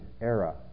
era